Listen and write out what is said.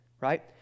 Right